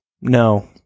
No